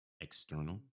external